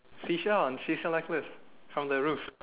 seashell seashell necklace from the roof